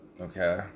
Okay